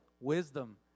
Wisdom